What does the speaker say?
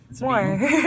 more